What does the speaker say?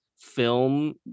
film